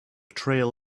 trail